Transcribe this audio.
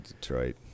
Detroit